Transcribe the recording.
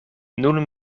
nun